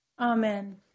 Amen